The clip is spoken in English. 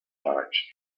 direction